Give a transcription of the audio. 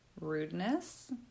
rudeness